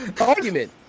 Argument